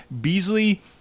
Beasley